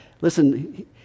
listen